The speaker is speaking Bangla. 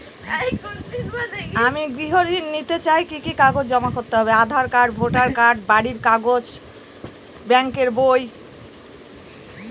আমি গৃহ ঋণ নিতে চাই কি কি কাগজ জমা করতে হবে?